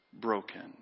broken